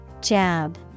jab